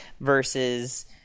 Versus